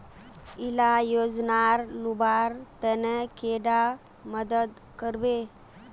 इला योजनार लुबार तने कैडा मदद करबे?